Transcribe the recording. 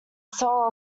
sell